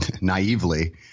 naively –